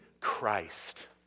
Christ